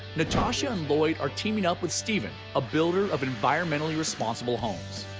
natasha and lloyd are teaming up with stephen, a builder of environmentally responsible homes.